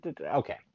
okay